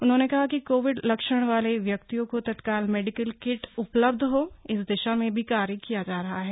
उन्होंने कहा कि कोविड लक्षण वाले व्यक्तियों को तत्काल मेडिकल किट उपलब्ध हो इस दिशा में भी कार्य किया जा रहा हैं